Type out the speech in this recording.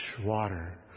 water